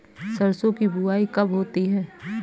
सरसों की बुआई कब होती है?